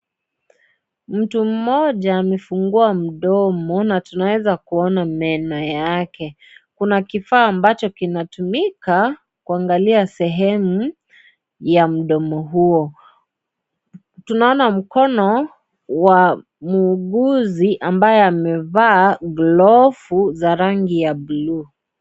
Mtu mmoja amefungua mdomo na tunaweza kuona meno yake ,kuna kifaa ambacho kinatumika kuangalia sehemu ya mdomo huo, tunaona mkono wa muuguzi ambaye amevaa glovu za rangi ya buluu.